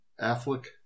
Affleck